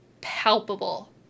palpable